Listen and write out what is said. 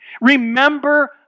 Remember